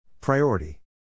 Priority